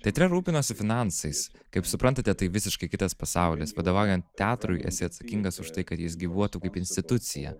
teatre rūpinuosi finansais kaip suprantate tai visiškai kitas pasaulis vadovaujant teatrui esi atsakingas už tai kad jis gyvuotų kaip institucija